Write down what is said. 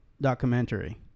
documentary